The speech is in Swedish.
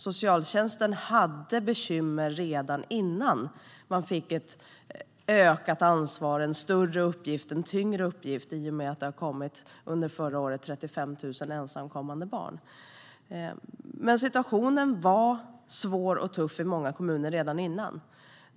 Socialtjänsten hade bekymmer redan innan man fick ett ökat ansvar och en tyngre uppgift i och med att det under förra året kom 35 000 ensamkommande barn. Situationen var svår och tuff i många kommuner redan innan.